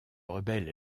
rebelle